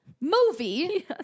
movie